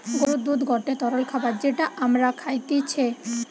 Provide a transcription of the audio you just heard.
গরুর দুধ গটে তরল খাবার যেটা আমরা খাইতিছে